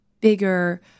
bigger